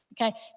Okay